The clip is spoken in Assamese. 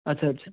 আচ্ছা আচ্ছা